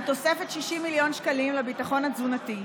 על תוספת 60 מיליון שקלים לביטחון התזונתי,